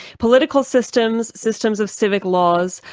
political systems, systems of civic laws,